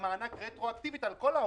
מהמענק רטרואקטיבית על כל העובדים,